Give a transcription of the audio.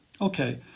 Okay